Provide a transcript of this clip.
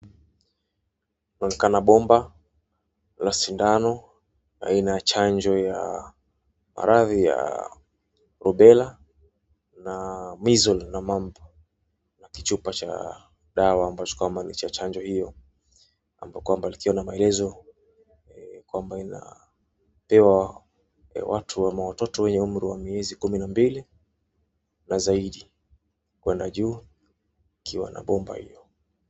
Unaonekana bomba, la sindano, aina ya chanjo ya maradhi ya Rubella na Measles na Mumps , na kichupa cha dawa ambacho kwamba ni cha chanjo hiyo, ambapo kwamba likiwa na maelezo kwamba inapewa watu ama watoto wenye umri wa miezi kumi na mbili na zaidi kwenda juu, ikiwa na bomba hiyo.